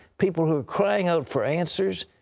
people who are crying out for answers.